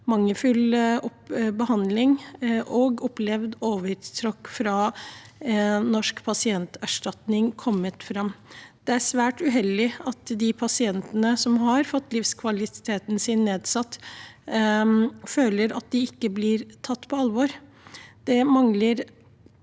mangelfull behandling og opplevd overtramp fra Norsk pasientskadeerstatning. Det er svært uheldig at de pasientene som har fått livskvaliteten nedsatt, føler at de ikke blir tatt på alvor. Mye tyder